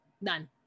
none